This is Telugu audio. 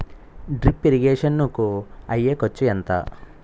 డ్రిప్ ఇరిగేషన్ కూ అయ్యే ఖర్చు ఎంత?